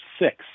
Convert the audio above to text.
six